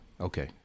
Okay